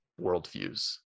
worldviews